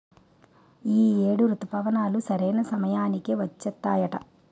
ఈ ఏడు రుతుపవనాలు సరైన సమయానికి వచ్చేత్తాయట